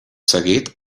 seguit